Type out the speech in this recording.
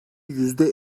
yüzde